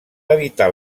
evitar